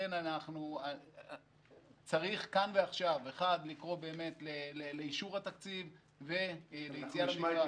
לכן צריך כאן ועכשיו לקרוא לאישור התקציב וליציאה לדרך.